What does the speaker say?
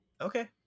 okay